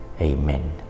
Amen